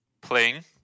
playing